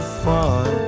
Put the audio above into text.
fun